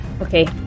Okay